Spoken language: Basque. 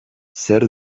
zer